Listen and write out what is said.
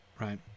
Right